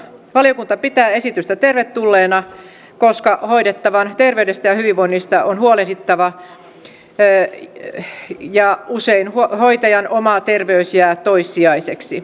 valiokunta pitää esitystä tervetulleena koska hoidettavan terveydestä ja hyvinvoinnista on huolehdittava ja usein hoitajan oma terveys jää toissijaiseksi